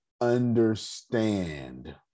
understand